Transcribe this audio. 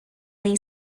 lee